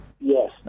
Yes